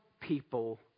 people